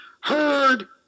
heard